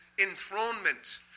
enthronement